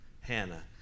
Hannah